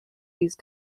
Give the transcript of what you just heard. these